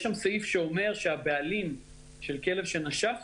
יש שם סעיף שאומר שהבעלים של כלב שנשך